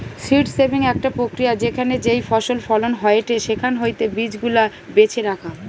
seed saving একটা প্রক্রিয়া যেখানে যেই ফসল ফলন হয়েটে সেখান হইতে বীজ গুলা বেছে রাখা